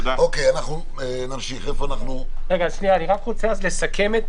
אני רק רוצה לסכם,